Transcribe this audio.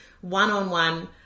one-on-one